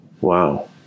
Wow